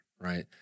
right